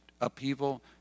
upheaval